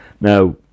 Now